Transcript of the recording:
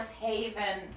Haven